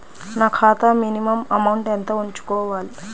నా ఖాతా minimum amount ఎంత ఉంచుకోవాలి?